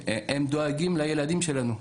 הם דואגים לילדים שלנו.